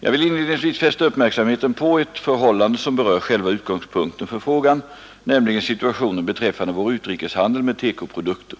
Jag vill inledningsvis fästa uppmärksamheten på ett förhållande som berör själva utgångspunkten för frågan, nämligen situationen beträffande vår utrikeshandel med TEKO-produkter.